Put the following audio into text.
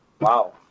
Wow